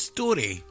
Story